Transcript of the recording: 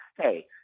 hey